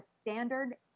standard